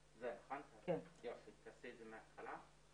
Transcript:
בטבע, חזירים כמו במשפחה?